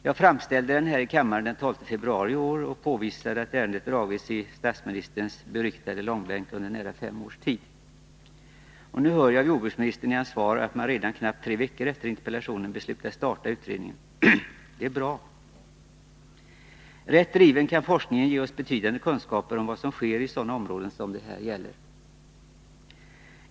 Jag framställde den här i kammaren den 12 februari i år och påvisade att ärendet dragits i statsministerns beryktade långbänk under nära fem års tid, och nu får jag veta av jordbruksministern i hans svar att man redan knappt tre veckor efter framställandet av interpellationen beslutat starta utredningen. Det är bra. Rätt driven kan forskningen ge oss betydande kunskaper om vad som sker i sådana områden som det här gäller.